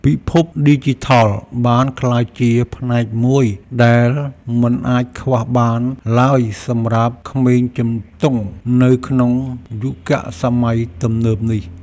ពិភពឌីជីថលបានក្លាយជាផ្នែកមួយដែលមិនអាចខ្វះបានឡើយសម្រាប់ក្មេងជំទង់នៅក្នុងយុគសម័យទំនើបនេះ។